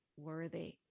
worthy